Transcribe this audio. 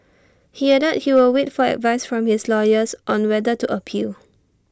he added he will wait for advice from his lawyers on whether to appeal